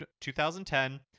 2010